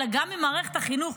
אלא גם ממערכת החינוך,